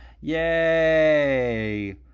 Yay